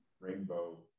rainbow